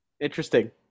Interesting